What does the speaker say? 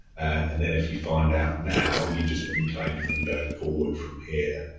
and then if you find out now, you just wouldn't claim for them going forward from here.